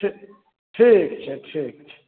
ठीक ठीक छै ठीक छै